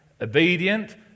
Obedient